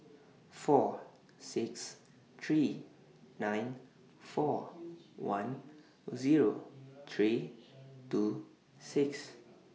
four six three nine four one Zero three two six